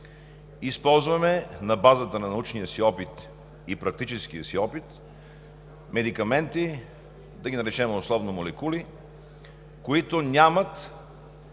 използваме на базата на научния и практическия си опит медикаменти – да ги наречем условно молекули, които нямат